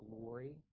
glory